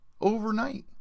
overnight